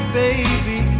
baby